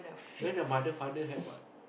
then their mother father have what